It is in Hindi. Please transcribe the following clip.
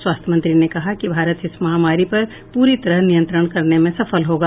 स्वास्थ्य मंत्री ने कहा कि भारत इस महामारी पर प्री तरह नियंत्रण करने में सफल होगा